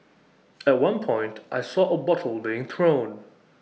at one point I saw A bottle being thrown